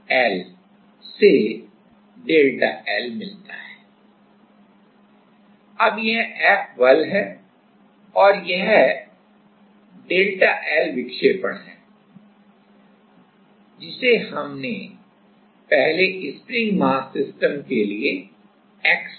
अब यह F बल है और यह Δ L विक्षेपण है जिसे हमने पहले स्प्रिंग मास सिस्टम के लिए x कहा था